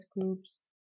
groups